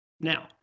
Now